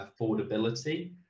affordability